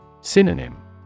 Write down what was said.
Synonym